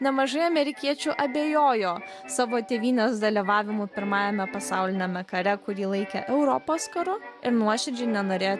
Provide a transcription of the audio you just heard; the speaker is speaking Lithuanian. nemažai amerikiečių abejojo savo tėvynės dalyvavimu pirmajame pasauliniame kare kurį laikė europos karu ir nuoširdžiai nenorėjo